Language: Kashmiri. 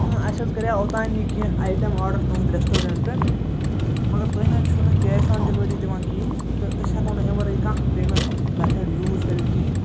اۭں اَسہِ حظ کَریو اوتانۍ کیٚنہہ آیٹَم آرڈَر تُہٕنٛدِ رسٹورنٛٹ پٮ۪ٹھ مگر تُہۍ نہٕ حظ چھُو نہٕ کیش آن ڈیلوری دِوان کِہیٖنۍ تہٕ أسۍ ہٮ۪کَو نہٕ أمۍ ورایے کانٛہہ پٮ۪منٛٹ مٮ۪تھٲڈ یوٗز کٔرِتھ کِہیٖنۍ